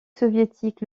soviétique